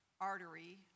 artery